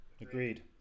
Agreed